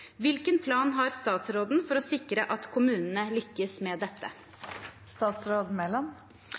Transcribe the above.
Hvilken plan har statsråden for å sikre at kommunene lykkes med dette?